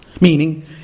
Meaning